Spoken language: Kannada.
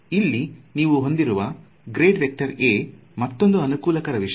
ಇಲ್ಲಿ ನೀವು ಹೊಂದಿರುವ ಮತ್ತೊಂದು ಅನುಕೂಲಕರ ವಿಷಯ